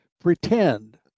pretend